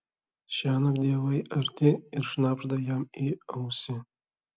šiąnakt dievai arti ir šnabžda jam į ausį